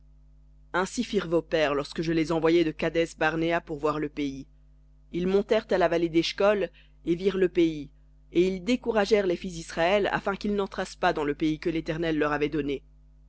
ainsi firent vos pères lorsque je les envoyai de kadès barnéa pour voir le pays ils montèrent à la vallée d'eshcol et virent le pays et ils découragèrent les fils d'israël afin qu'ils n'entrassent pas dans le pays que l'éternel leur avait donné